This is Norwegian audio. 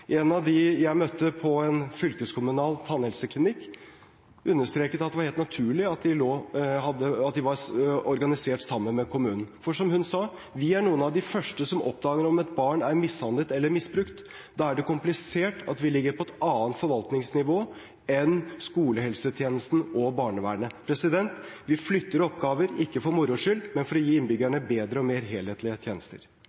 En av dem jeg møtte på en fylkeskommunal tannhelseklinikk, understreket at det var helt naturlig at de var organisert sammen med kommunen. For som hun sa: Vi er noen av de første som oppdager at et barn er mishandlet eller misbrukt, da er det komplisert at vi ligger på et annet forvaltningsnivå enn skolehelsetjenesten og barnevernet. Vi flytter oppgaver – ikke for moro skyld, men for å gi innbyggerne bedre og mer helhetlige tjenester.